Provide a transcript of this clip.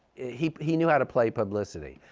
he he knew how to play publicity.